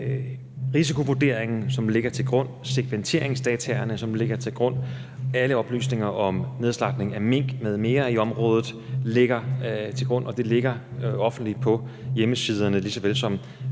Risikovurderingen, som lå til grund, segmenteringsdataene, som lå til grund, og alle oplysninger om nedslagtningen af mink m.m. i området lå til grund, og det ligger offentligt på hjemmesiderne, lige så vel som